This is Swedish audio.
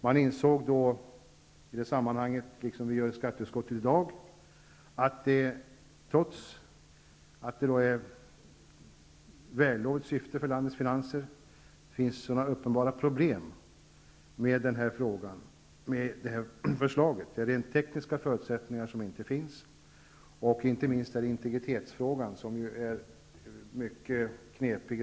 Man insåg i det sammanhanget, liksom vi i skatteutskottet gör i dag, att det -- trots det för landets finanser vällovliga syftet -- finns uppenbara problem med förslaget. De tekniska förutsättningarna finns inte, och integritetsfrågan är mycket knepig.